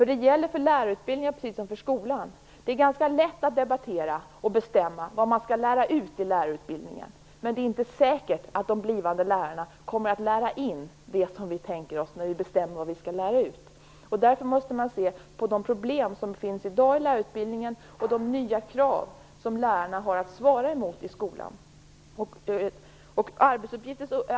Det gäller för lärarutbildningarna, precis som för skolan, att det är ganska lätt att debattera och bestämma vad man skall lära ut, men det är inte säkert att de blivande lärarna kommer att lära in det som vi tänker oss när vi bestämmer vad vi skall lära ut. Därför måste man se på de problem som finns i lärarutbildningarna i dag och de nya krav som lärarna har att svara mot i skolan.